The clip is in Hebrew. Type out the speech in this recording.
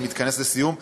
כן, אני מתכנס לסיום.